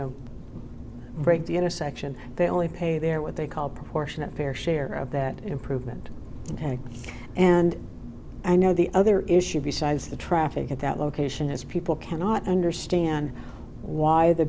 know break the intersection they only pay there what they call proportionate fair share of that improvement and i know the other issue besides the traffic at that location is people cannot understand why the